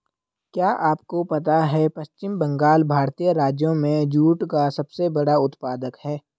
क्या आपको पता है पश्चिम बंगाल भारतीय राज्यों में जूट का सबसे बड़ा उत्पादक है?